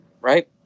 right